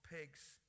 pigs